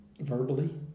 verbally